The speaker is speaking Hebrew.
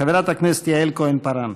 חברת הכנסת יעל כהן-פארן.